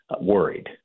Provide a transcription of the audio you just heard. worried